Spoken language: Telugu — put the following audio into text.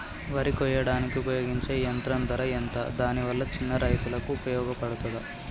వరి కొయ్యడానికి ఉపయోగించే యంత్రం ధర ఎంత దాని వల్ల చిన్న రైతులకు ఉపయోగపడుతదా?